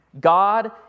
God